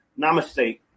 Namaste